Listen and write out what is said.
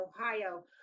Ohio